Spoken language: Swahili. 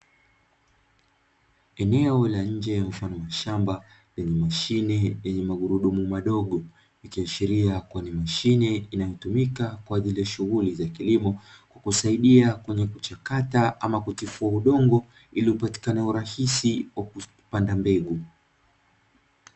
Eneo la njee mfano wa shamba lenye mashine yenye magurudumu madogo, ikiashiria kuwa ni mashine inayotumika kwa ajili ya shughuli za kilimo kusaidia kwenye kuchakata ama kutifua udongo ili upatikane urahisi wa kupanda mbegu.